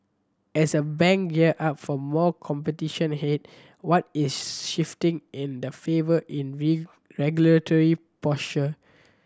as a bank gear up for more competition ahead what is shifting in the favour in regulatory posture